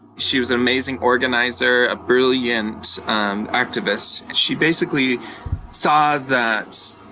she was an amazing organizer, a brilliant activist. she basically saw that,